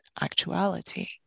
actuality